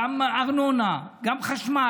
גם ארנונה, גם חשמל.